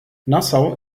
nassau